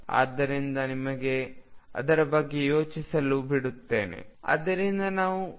ಆದ್ದರಿಂದ ನಿಮಗೆ ಅದರ ಬಗ್ಗೆ ಯೋಚಿಸಲು ಬಿಡುತ್ತೇನೆ